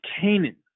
Canaan